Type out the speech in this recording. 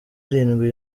arindwi